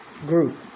group